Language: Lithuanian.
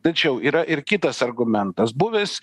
tačiau yra ir kitas argumentas buvęs